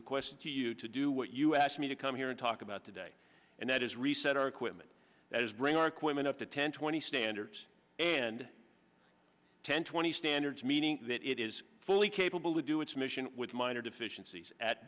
request to you to do what you asked me to come here and talk about today and that is reset our equipment that is bring our equipment up to ten twenty standards and ten twenty standards meaning that it is fully capable to do its mission with minor deficiencies at